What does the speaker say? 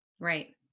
Right